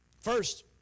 first